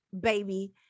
baby